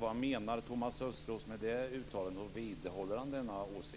Vad menar Thomas Östros med det uttalandet? Och vidhåller han denna åsikt?